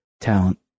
talent